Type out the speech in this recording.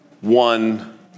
one